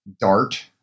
DART